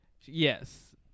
yes